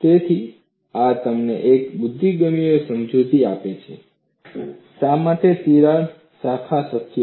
તેથી આ તમને એક બુદ્ધિગમ્ય સમજૂતી આપે છે શા માટે તિરાડ શાખા શક્ય છે